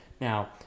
Now